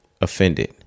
offended